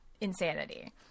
insanity